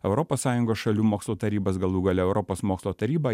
europos sąjungos šalių mokslo tarybas galų gale europos mokslo taryba